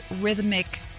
rhythmic